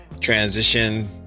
transition